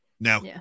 Now